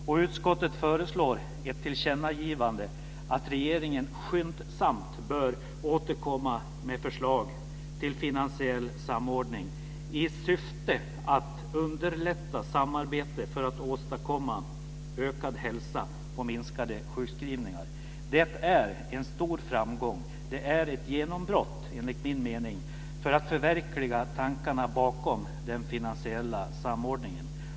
Och utskottet föreslår i ett tillkännagivande att regeringen skyndsamt bör återkomma med förslag till finansiell samordning i syfte att underlätta samarbete för att åstadkomma ökad hälsa och minskade sjukskrivningar. Det är en stor framgång. Det är, enligt min mening, ett genombrott för att förverkliga tankarna bakom den finansiella samordningen.